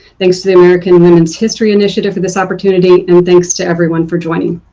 thanks to the american women's history initiative for this opportunity and thanks to everyone for joining.